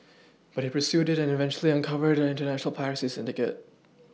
but he pursued it and eventually uncovered an international piracy syndicate